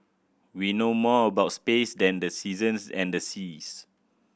we know more about space than the seasons and the seas